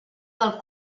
del